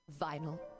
vinyl